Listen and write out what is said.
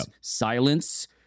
silence